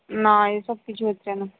না এই সব কিছু হচ্ছে না